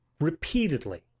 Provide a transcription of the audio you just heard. repeatedly